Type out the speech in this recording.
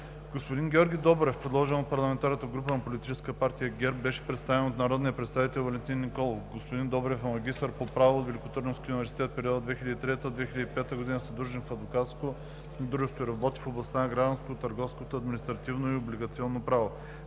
Господин Георги Добрев, предложен от парламентарната група на политическа партия ГЕРБ беше представен от народния представител Валентин Николов. Господин Добрев е магистър по право от Великотърновския университет. В периода 2003 – 2005 г. е съдружник в адвокатско дружество и работи в областта на гражданското, търговското, административното и облигационното право.